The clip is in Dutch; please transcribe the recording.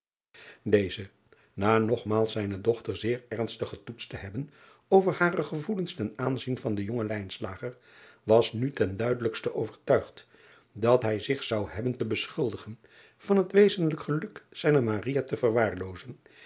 eze na nogmaals zijne dochter zeer ernstig getoetst te hebben over hare gevoelens ten aanzien van den jongen was nu ten duidelijkste overtuigd dat hij zich zou hebben te beschuldigen van het wezenlijk geluk zijner te verwaarloozen